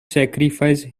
sacrifice